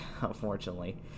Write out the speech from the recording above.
unfortunately